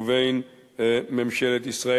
ובין ממשלת ישראל.